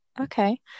okay